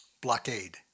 blockade